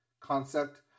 concept